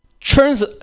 turns